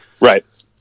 Right